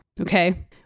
okay